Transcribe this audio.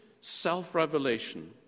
self-revelation